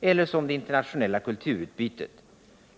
eller som det internationella kulturutbytet.